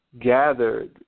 gathered